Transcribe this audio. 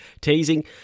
teasing